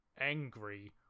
angry